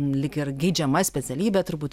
lyg ir geidžiama specialybė turbūt